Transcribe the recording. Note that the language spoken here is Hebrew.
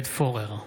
מצביע עידן רול,